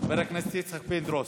חבר הכנסת יצחק פינדרוס,